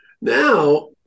Now